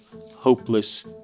hopeless